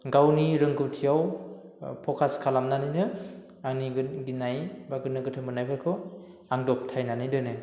गावनि रोंगौथियाव फकास खालामनानैनो आंनि गिनाय बा गोनो गोथो मोननायफोरखौ आं दबथायनानै दोनो